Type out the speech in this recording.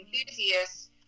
enthusiasts